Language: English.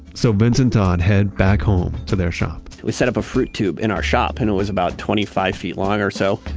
so vince and todd head back home, to their shop. we set up a fruit tube in our shop. and it was about twenty five feet long or so,